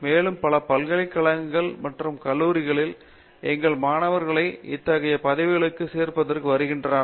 மேலும் பல பல்கலைக்கழகங்கள் மற்றும் கல்லூரிகளில் எங்கள் மாணவர்களை இத்தகைய பதவிகளுக்கு சேர்ப்பதற்காக வருகின்றனர்